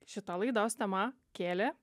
šita laidos tema kėlė